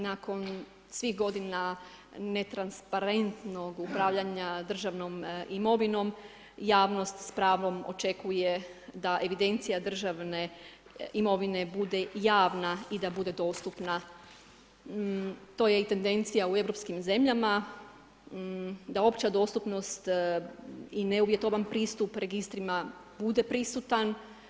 Nakon svih godina netransparentnog upravljanja državnom imovinom javnost s pravom očekuje da evidencija državne imovine bude javna i da bude dostupna to je i tendencija u europskim zemljama da opća dostupnost i neuvjetovan pristup registrima bude prisutan.